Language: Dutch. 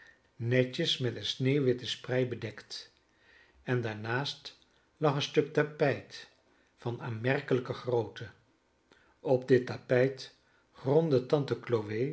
netjes met een sneeuwwitte sprei bedekt en daarnaast lag een stuk tapijt van aanmerkelijke grootte op dit tapijt grondde tante